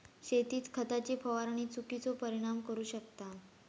शेतीत खताची फवारणी चुकिचो परिणाम करू शकता